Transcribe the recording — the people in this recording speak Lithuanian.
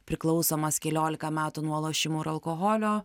priklausomas keliolika metų nuo lošimų ir alkoholio